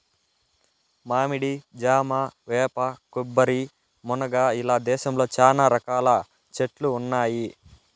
మామిడి, జామ, వేప, కొబ్బరి, మునగ ఇలా దేశంలో చానా రకాల చెట్లు ఉన్నాయి